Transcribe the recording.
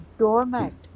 doormat